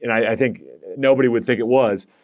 and i think nobody would think it was.